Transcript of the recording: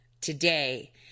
today